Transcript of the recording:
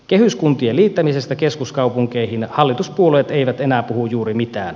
kehyskuntien liittämisestä keskuskaupunkeihin hallituspuolueet eivät enää puhu juuri mitään